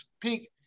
peak